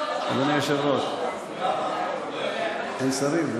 אדוני היושב-ראש, אין שרים.